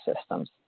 systems